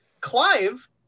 Clive